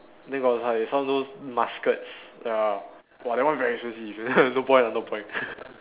then got like some those muskets ya !wah! that one very expensive no point lah no point